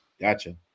Gotcha